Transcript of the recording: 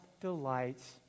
delights